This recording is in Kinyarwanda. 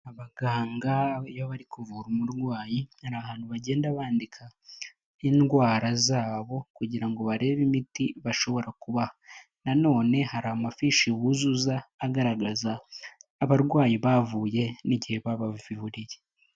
Abaganga iyo bari kuvura umurwayi hari ahantu bagenda bandika indwara zabo kugira ngo barebe imiti bashobora kubaha, nanone hari amafishi buzuza agaragaza abarwayi bavuye n'igihe babavuriye.